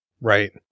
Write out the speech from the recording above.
Right